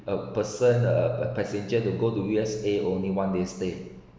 a person a a passenger to go to U_S_A only one day stay